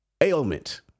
ailment